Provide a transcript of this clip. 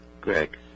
Greg